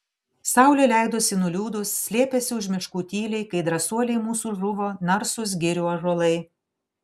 saulė leidosi nuliūdus slėpėsi už miškų tyliai kai drąsuoliai mūsų žuvo narsūs girių ąžuolai